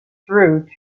through